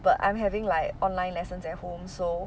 but I'm having like online lessons at home so